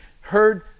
heard